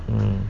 mm